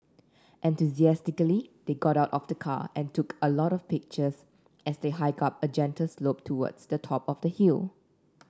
enthusiastically they got out of the car and took a lot of pictures as they hiked up a gentle slope towards the top of the hill